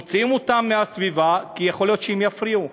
מוציאים אותם מהסביבה כי יכול להיות שהם יפריעו,